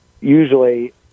usually